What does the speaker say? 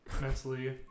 mentally